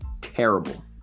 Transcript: terrible